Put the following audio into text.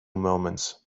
moments